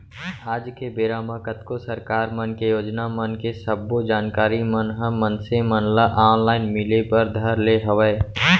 आज के बेरा म कतको सरकार मन के योजना मन के सब्बो जानकारी मन ह मनसे मन ल ऑनलाइन मिले बर धर ले हवय